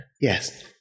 Yes